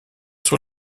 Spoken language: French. sur